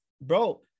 bro